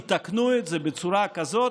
יתקנו את ההצעה בצורה כזאת,